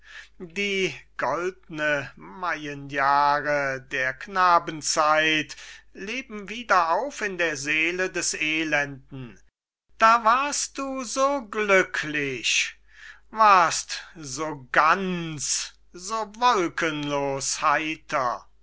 die goldnen mayenjahre der knabenzeit leben wieder auf in der seele des elenden da warst du so glücklich warst so ganz so wolkenlos heiter